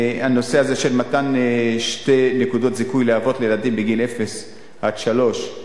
הנושא הזה של מתן שתי נקודות זיכוי לאבות לילדים עד גיל שלוש,